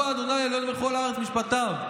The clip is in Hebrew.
הוא ה' אלהינו בכל הארץ משפטיו.